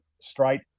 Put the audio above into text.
straight